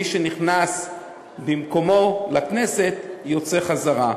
מי שנכנס במקומו לכנסת יוצא חזרה.